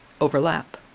overlap